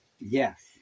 Yes